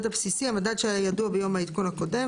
הבסיסי" המדד שהיה ידוע ביום העדכון הקודם,